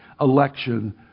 election